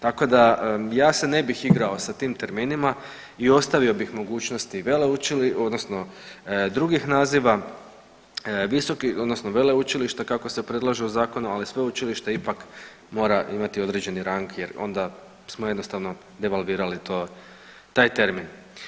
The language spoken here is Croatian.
Tako da ja se ne bih igrao sa tim terminima i ostavio bih mogućnosti veleučilišta odnosno drugih naziva visoki odnosno veleučilišta kako se predlaže u zakonu, ali sveučilište ipak mora imati određeni rang jer onda smo jednostavno devalvirali to, taj termin.